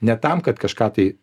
ne tam kad kažką tai